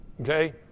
okay